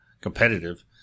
competitive